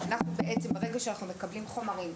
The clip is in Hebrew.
ברגע שאנחנו מקבלים חומרים,